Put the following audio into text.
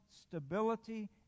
stability